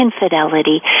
infidelity